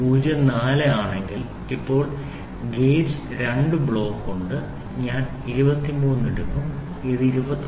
04 ആണെങ്കിൽ ഇപ്പോൾ gauge 2 block ഉണ്ട് ഞാൻ 23 എടുക്കും ഇത് 21